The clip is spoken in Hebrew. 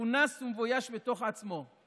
מכונס ומבויש בתוך עצמו,